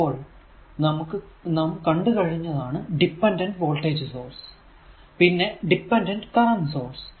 ഇപ്പോൾ നമു കണ്ടു കഴിഞ്ഞതാണ് ഡിപെൻഡന്റ് വോൾടേജ് സോഴ്സ് പിന്നെ ഡിപെൻഡന്റ് കറന്റ് സോഴ്സ്